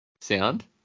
sound